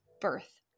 birth